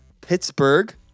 pittsburgh